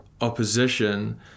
opposition